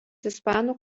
ispanų